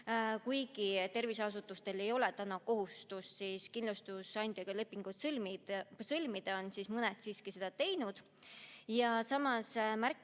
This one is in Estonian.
Kuigi terviseasutustel ei ole täna kohustust kindlustusandjaga lepingut sõlmida, on mõned siiski seda teinud. Samas märkis